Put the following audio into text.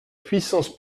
puissance